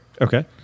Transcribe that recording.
Okay